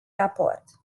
raport